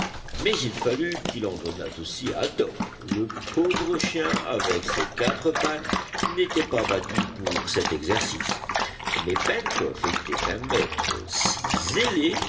mais il fallut qu'il en donnât aussi à top le pauvre chien avec ses quatre pattes n'était pas bâti pour cet exercice mais pencroff était un maître